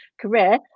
career